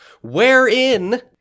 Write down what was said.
wherein